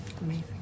Amazing